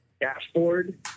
dashboard